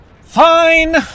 Fine